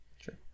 sure